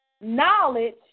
knowledge